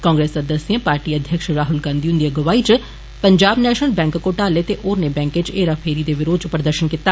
कांग्रेस सांसदें पार्टी अध्यक्ष राहुल गांधी हुन्दी अगुवाई च पंजाब नेषनल बैंक घोटाले ते होर बैंकें च हेरा फेरी दे विरोध च प्रदर्षन कीता